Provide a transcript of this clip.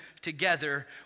together